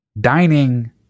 dining